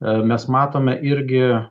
mes matome irgi